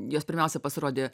jos pirmiausia pasirodė